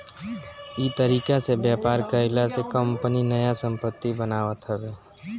इ तरीका से व्यापार कईला से कंपनी नया संपत्ति बनावत हवे